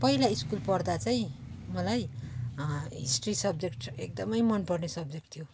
पहिला स्कुल पढ्दा चाहिँ मलाई हिस्ट्री सब्जेक्ट एकदम मन पर्ने सब्जेक्ट थियो